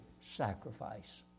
sacrifice